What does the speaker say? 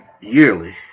Yearly